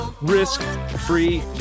Risk-free